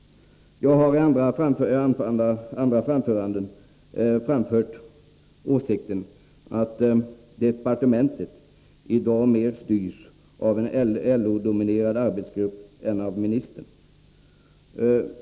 Jag har i andra anföranden framfört åsikten att departementet i dag mer styrs av en Nr 11 LO-dominerad arbetsgrupp än av ministern.